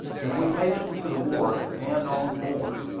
and we hastened to the wharf, and on board.